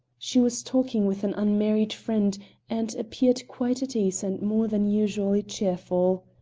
she was talking with an unmarried friend and appeared quite at ease and more than usually cheerful.